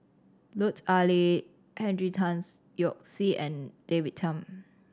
Lut Ali Henry Tan Yoke See and David Tham